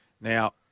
Now